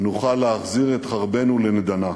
נוכל להחזיר את חרבנו לנדנה.